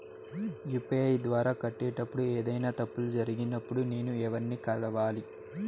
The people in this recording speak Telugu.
యు.పి.ఐ ద్వారా కట్టేటప్పుడు ఏదైనా తప్పులు జరిగినప్పుడు నేను ఎవర్ని కలవాలి?